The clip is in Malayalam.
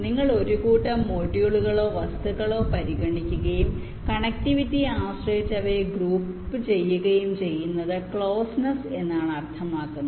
നിങ്ങൾ ഒരു കൂട്ടം മൊഡ്യൂളുകളോ വസ്തുക്കളോ പരിഗണിക്കുകയും കണക്റ്റിവിറ്റിയെ ആശ്രയിച്ച് അവയെ ഗ്രൂപ്പുചെയ്യുകയും ചെയ്യുന്നത് ക്ലോസ്നെസ് എന്നാണ് അർത്ഥമാക്കുന്നത്